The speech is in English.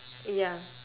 ya